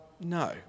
no